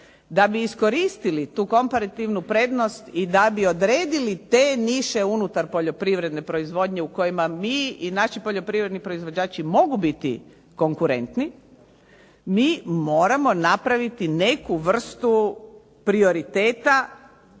Da bi iskoristili tu komparativnu prednost i da bi odredili te niše unutar poljoprivredne proizvodnje u kojima mi i naši poljoprivredni proizvođači mogu biti konkurenti mi moramo napraviti neku vrstu prioriteta